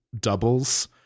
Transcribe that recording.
doubles